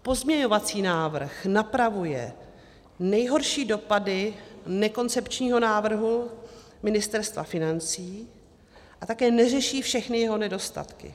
Pozměňovací návrh napravuje nejhorší dopady nekoncepčního návrhu Ministerstva financí a také neřeší všechny jeho nedostatky.